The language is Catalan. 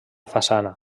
façana